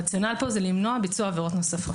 הרציונל פה זה למנוע ביצוע עבירות נוספות.